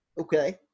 Okay